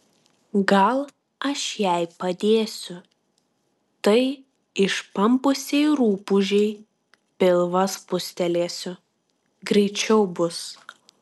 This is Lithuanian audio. gal aš jai padėsiu tai išpampusiai rupūžei pilvą spustelėsiu greičiau bus